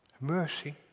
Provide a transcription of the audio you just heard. Mercy